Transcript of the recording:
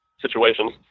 situations